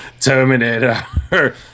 Terminator